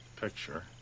picture